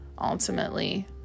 ultimately